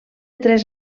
tres